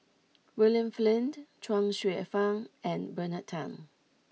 William Flint Chuang Hsueh Fang and Bernard Tan